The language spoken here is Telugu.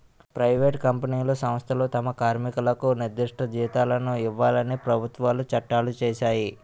ప్రైవేటు కంపెనీలు సంస్థలు తమ కార్మికులకు నిర్దిష్ట జీతాలను ఇవ్వాలని ప్రభుత్వాలు చట్టాలు చేశాయి